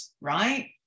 Right